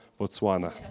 Botswana